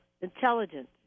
intelligence